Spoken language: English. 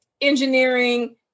engineering